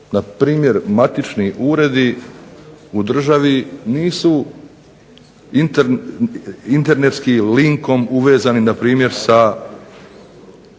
kako npr. matični uredi u državi nisu internetskim linkom uvezani npr. sa